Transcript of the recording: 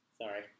Sorry